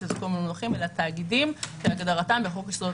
יש לזה כל מייני מונחים - אלא תאגידים כהגדרתם בחוק יסודות